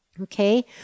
Okay